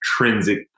intrinsic